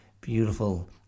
beautiful